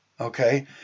Okay